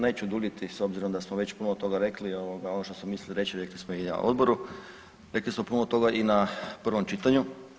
Neću duljiti s obzirom da smo već puno toga rekli, ovoga ono što sam mislio reći rekli smo i na odboru, rekli smo puno toga i na prvom čitanju.